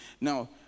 Now